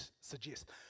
suggest